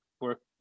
work